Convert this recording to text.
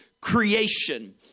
creation